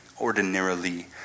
ordinarily